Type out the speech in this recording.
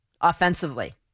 offensively